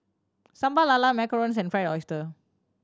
Sambal Lala macarons and Fried Oyster